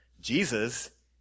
Jesus